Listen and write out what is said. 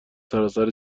سراسر